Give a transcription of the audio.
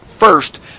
first